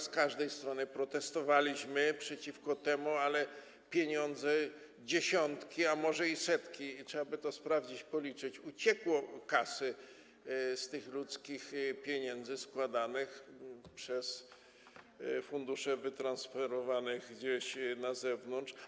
Z każdej strony protestowaliśmy przeciwko temu, ale pieniądze, dziesiątki, a może i setki - trzeba by to sprawdzić, policzyć - uciekły z kasy, z tych ludzkich pieniędzy, składanych i wytransferowanych przez fundusze gdzieś na zewnątrz.